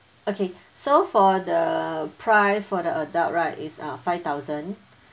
okay so for the price for the adult right is uh five thousand